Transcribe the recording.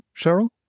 Cheryl